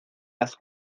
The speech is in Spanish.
las